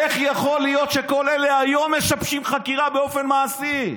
איך יכול להיות שכל אלה היום משבשים חקירה באופן מעשי?